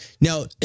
Now